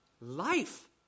Life